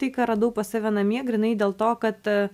tai ką radau pas save namie grynai dėl to kad